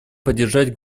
поддерживать